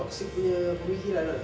toxic punya pemikiran ah